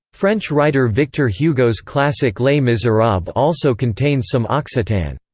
french writer victor hugo's classic les miserables also contains some occitan.